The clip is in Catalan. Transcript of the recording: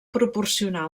proporcionar